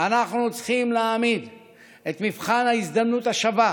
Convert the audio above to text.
אנחנו צריכים להעמיד את מבחן ההזדמנות השווה